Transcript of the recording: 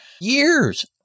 years